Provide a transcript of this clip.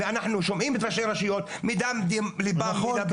אנחנו שומעים את ראשי הרשויות מדם ליבם --- נכון,